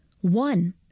one